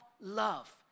love